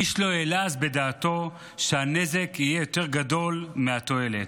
איש לא העלה אז בדעתו שהנזק יהיה יותר גדול מהתועלת,